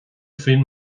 faoin